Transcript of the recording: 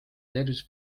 tervis